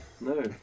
No